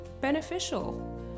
beneficial